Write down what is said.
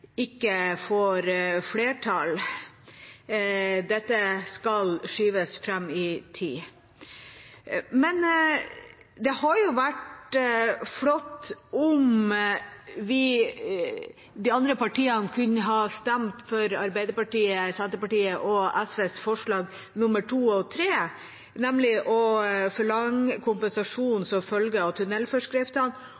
ikke får flertall. Dette skal skyves fram i tid. Men det hadde vært flott om de andre partiene kunne ha stemt for Arbeiderpartiet, Senterpartiet og SVs forslag nr. 2 og 3, nemlig om å forlenge kompensasjonen som følge av tunnelforskriftene og å ha en kompensasjon